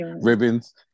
ribbons